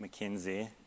McKinsey